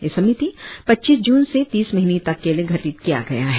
यह समिति पच्चीस जून से तीस महीने तक के लिए गठित किया गया है